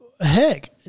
Heck